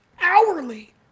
hourly